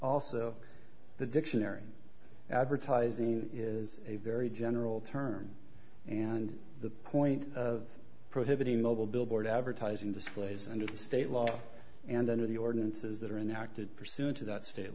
also the dictionary advertising is a very general term and the point of prohibiting mobile billboard advertising displays under state law and under the ordinances that are inactive pursuant to that state